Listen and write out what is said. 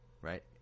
Right